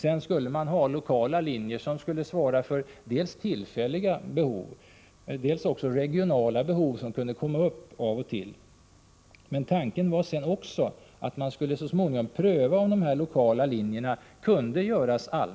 Vidare skulle man ha lokala linjer, som skulle svara för dels tillfälliga behov, dels också regionala behov som kunde uppstå då och då. Men tanken var också att man så småningom skulle pröva om de här lokala linjerna kunde göras om.